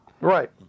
right